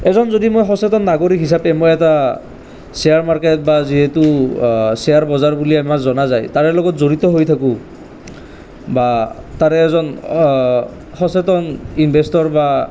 এজন যদি মই সচেতন নাগৰিক হিচাপে মই এটা শ্বেয়াৰ মাৰ্কেট বা যিহেতু শ্বেয়াৰ বজাৰ বুলি আমাৰ জনা যায় তাৰে লগত জড়িত হৈ থাকোঁ বা তাৰে এজন সচেতন ইনভেষ্টৰ বা